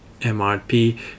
MRP